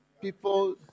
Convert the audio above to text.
people